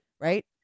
right